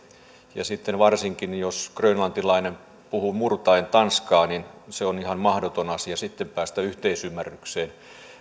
ja sitten varsinkin jos grönlantilainen puhuu murtaen tanskaa on ihan mahdoton asia päästä yhteisymmärrykseen